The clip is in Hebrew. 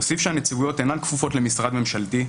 אני אוסיף שהנציבויות אינן כפופות למשרד ממשלתי,